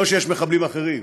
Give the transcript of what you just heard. לא שיש מחבלים אחרים,